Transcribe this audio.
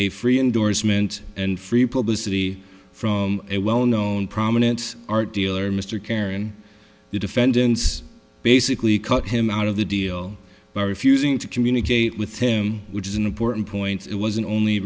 a free endorsement and free publicity from a well known prominent art dealer mr carrion the defendants basically cut him out of the deal by refusing to communicate with him which is an important point it wasn't only